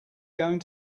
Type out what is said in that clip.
going